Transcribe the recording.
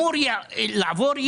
אני פותח את